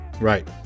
Right